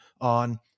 on